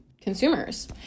consumers